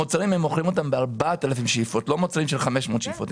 המוצרים נמכרים ב-4,000 שאיפות ולא מוצרים של 500 שאיפות.